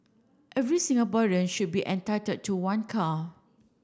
every Singaporean should be entitled to one car